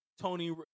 Tony